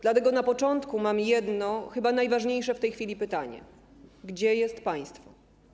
Dlatego na początku mam jedno, chyba najważniejsze w tej chwili pytanie: Gdzie jest państwo?